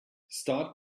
start